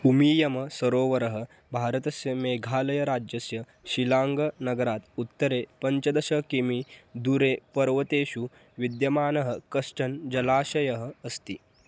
उमीयम सरोवरः भारतस्य मेघालयराज्यस्य शिलाङ्गनगरात् उत्तरे पञ्चदश किमि दूरे पर्वतेषु विद्यमानः कश्चन् जलाशयः अस्ति